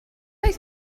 oedd